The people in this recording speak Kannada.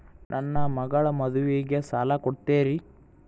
ನನ್ನ ಮಗಳ ಮದುವಿಗೆ ಸಾಲ ಕೊಡ್ತೇರಿ?